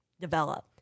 develop